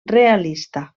realista